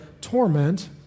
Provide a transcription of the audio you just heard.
torment